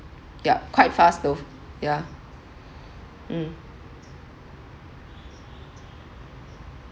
yup quite fast though yeah mm